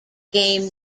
game